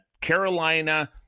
Carolina